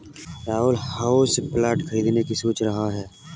Rahul houseplant खरीदने की सोच रहा है